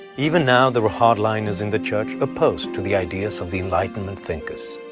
even now there were hardliners in the church opposed to the ideas of the enlightenment thinkers.